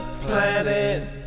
planet